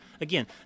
Again